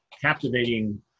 captivating